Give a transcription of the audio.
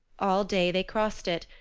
all day they crossed it,